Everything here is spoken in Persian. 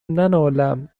ننالم